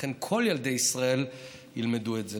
לכן כל ילדי ישראל ילמדו את זה.